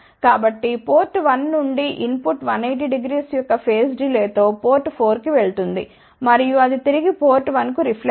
కాబట్టిపోర్ట్ 1 నుండి input 1800 యొక్క phase delay తో పోర్ట్ 4 కి వెళుతుంది మరియు అది తిరిగి ఈ పోర్ట్ 1 కు రిఫ్లెక్ట్ అవుతుంది